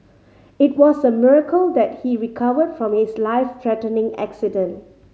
it was a miracle that he recovered from his life threatening accident